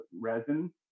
resin